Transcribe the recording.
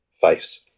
face